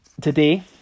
today